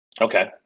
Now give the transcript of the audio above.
Okay